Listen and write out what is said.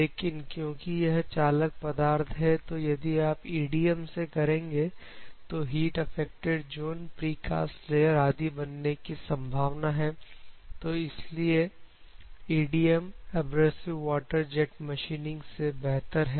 लेकिन क्योंकि यह चालक पदार्थ है तो यदि आप ईडीएम से करेंगे तो heat affected zone precast layer आदि बनने की संभावना है तो इसलिए EDM abrasive water jet machining से बेहतर है